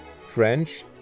French